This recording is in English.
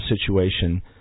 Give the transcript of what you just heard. situation